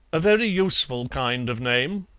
a very useful kind of name,